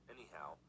Anyhow